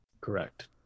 Correct